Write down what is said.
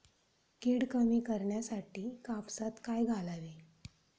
कीड कमी करण्यासाठी कापसात काय घालावे?